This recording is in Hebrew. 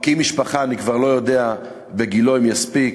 מקים משפחה, אני כבר לא יודע בגילו אם יספיק,